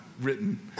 written